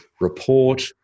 report